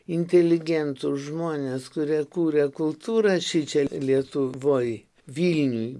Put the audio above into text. inteligentus žmonės kurie kūrė kultūrą šičia lietuvoj vilniuj